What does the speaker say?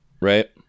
right